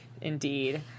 Indeed